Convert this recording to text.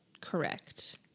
correct